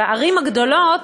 בערים הגדולות,